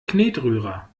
knetrührer